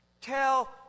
Tell